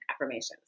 affirmations